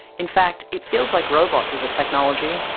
in fact, it feels like robots, as a technology,